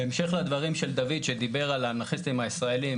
בהמשך לדברים של דוד שדיבר על האנרכיסטים הישראלים,